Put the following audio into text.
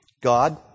God